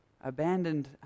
abandoned